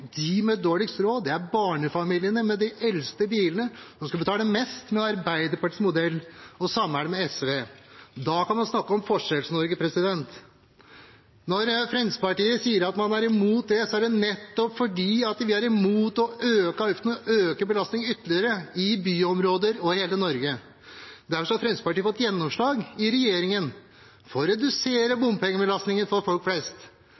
de med dårligst råd, barnefamiliene med de eldste bilene, som skal betale mest med Arbeiderpartiets modell. Det samme er det med SV. Da kan man snakke om Forskjells-Norge. Når Fremskrittspartiet sier at vi er imot det, er det nettopp fordi vi er imot å øke avgiftene, å øke belastningen ytterligere i byområder og i hele Norge. Derfor har Fremskrittspartiet fått gjennomslag i regjeringen for å redusere bompengebelastningen for folk flest,